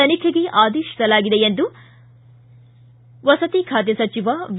ತನಿಖೆಗೆ ಆದೇತಿಸಲಾಗಿದೆ ಎಂದು ಸಚಿವ ಖಾತೆ ಸಚಿವ ವಿ